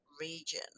region